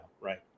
right